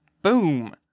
Boom